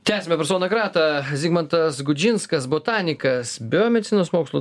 tęsiame persona grata zigmantas gudžinskas botanikas biomedicinos mokslų